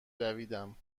دویدم